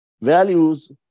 values